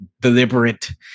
deliberate